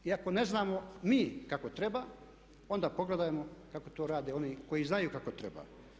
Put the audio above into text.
I ako ne znamo mi kako treba onda pogledajmo kako to rade oni koji znaju kako treba.